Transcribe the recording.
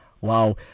Wow